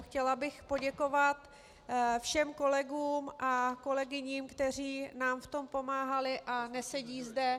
Chtěla bych poděkovat všem kolegům a kolegyním, kteří nám v tom pomáhali a nesedí zde.